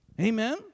Amen